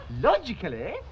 logically